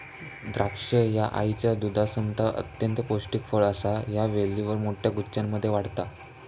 द्राक्षा ह्या आईच्या दुधासमान अत्यंत पौष्टिक फळ असा ह्या वेलीवर मोठ्या गुच्छांमध्ये वाढता